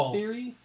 theory